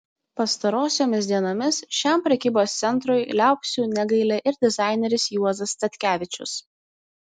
pastarosiomis dienomis šiam prekybos centrui liaupsių negaili ir dizaineris juozas statkevičius